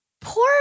poor